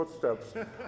footsteps